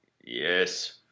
Yes